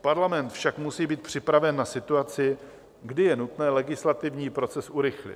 Parlament však musí být připraven na situaci, kdy je nutné legislativní proces urychlit.